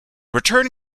return